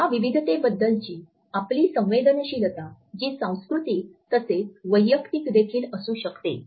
या विविधतेबद्दलची आपली संवेदनशीलता जी सांस्कृतिक तसेच वैयक्तिक देखील असू शकते